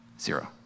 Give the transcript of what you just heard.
Zero